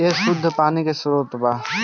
ए शुद्ध पानी के स्रोत बा